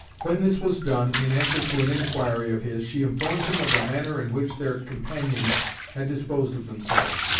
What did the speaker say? when this was done, in answer to an inquiry of his, she informed him of the manner in which their companions had disposed of themselves.